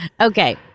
Okay